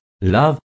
love